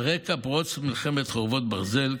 על רקע פרוץ מלחמת חרבות ברזל,